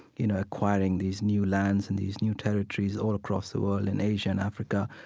you know, acquiring these new lands and these new territories all across the world, in asia and africa,